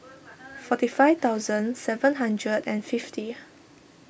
forty five thousand seven hundred and fifty